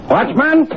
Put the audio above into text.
Watchman